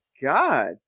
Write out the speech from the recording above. god